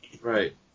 right